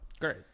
Great